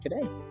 today